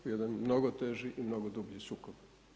U jedan mnogo teži i mnogo dublji sukob.